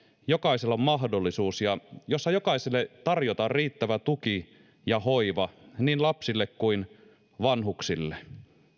jokaisella on mahdollisuus ja jossa jokaiselle tarjotaan riittävä tuki ja hoiva niin lapsille kuin vanhuksille